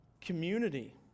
community